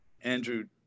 Andrew